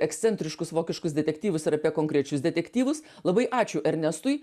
ekscentriškus vokiškus detektyvus ar apie konkrečius detektyvus labai ačiū ernestui